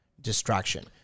distraction